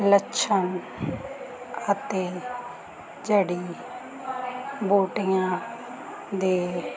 ਲਸਣ ਅਤੇ ਜੜ੍ਹੀ ਬੂਟੀਆਂ ਦੇ